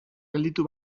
gelditu